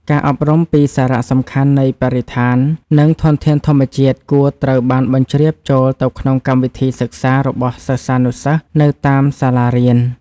ការអប់រំពីសារៈសំខាន់នៃបរិស្ថាន និងធនធានធម្មជាតិគួរត្រូវបានបញ្ជ្រាបចូលទៅក្នុងកម្មវិធីសិក្សារបស់សិស្សានុសិស្សនៅតាមសាលារៀន។